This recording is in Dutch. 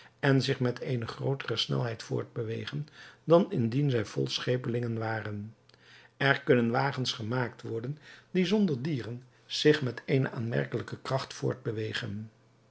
en zich met eene grootere snelheid voortbewegen dan indien zij vol schepelingen waren er kunnen wagens gemaakt worden die zonder dieren zich met eene aanmerkelijke kracht voortbewegen